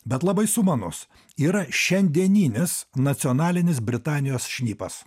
bet labai sumanus yra šiandieninis nacionalinis britanijos šnipas